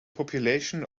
population